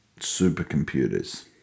supercomputers